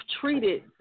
treated